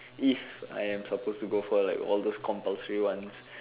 if I am supposed to go for like all those compulsory ones